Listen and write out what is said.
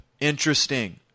Interesting